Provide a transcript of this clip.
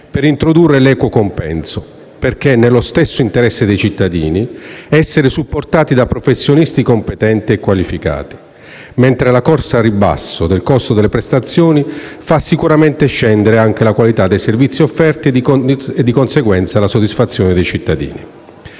per introdurre l'equo compenso, perché è nello stesso interesse dei cittadini essere supportati da professionisti competenti e qualificati, mentre la corsa al ribasso del costo delle prestazioni fa sicuramente scendere anche la qualità dei servizi offerti e, di conseguenza, la soddisfazione dei cittadini.